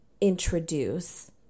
introduce